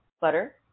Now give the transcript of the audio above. butter